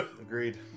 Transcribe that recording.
Agreed